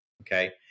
Okay